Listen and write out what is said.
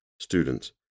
students